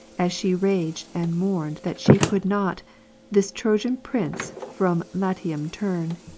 as she raged and mourned that she could not this trojan prince from latium turn.